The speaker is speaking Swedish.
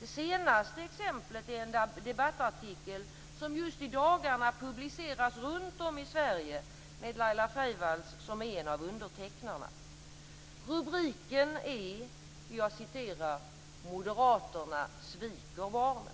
Det senaste exemplet är en debattartikel som just i dagarna publiceras runt om i Sverige, med Laila Freivalds som en av undertecknarna. Rubriken är: "Moderaterna sviker barnen."